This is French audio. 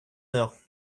heure